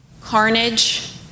carnage